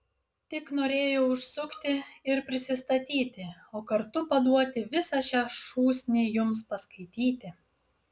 tik norėjau užsukti ir prisistatyti o kartu paduoti visą šią šūsnį jums paskaityti